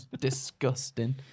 Disgusting